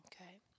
Okay